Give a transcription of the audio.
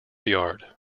yard